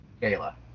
gala